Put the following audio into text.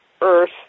earth